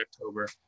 October